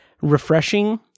refreshing